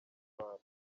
kwitwara